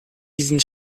diesen